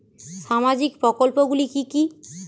সামাজিক প্রকল্পগুলি কি কি?